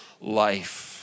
life